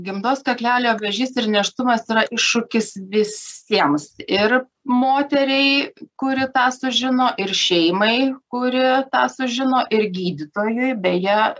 gimdos kaklelio vėžys ir nėštumas yra iššūkis visiems ir moteriai kuri tą sužino ir šeimai kuri tą sužino ir gydytojui beje